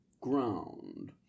ground